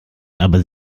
aber